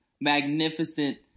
magnificent